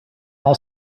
all